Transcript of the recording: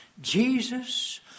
Jesus